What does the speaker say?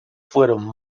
fueron